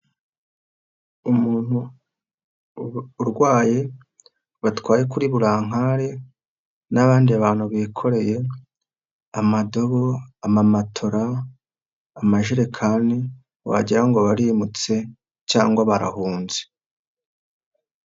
Umuntu urwaye batwaye kuri burankare n'abandi bantu bikoreye amadobo, amamatora, amajerekani wagira ngo barimutse cyangwa barahunze.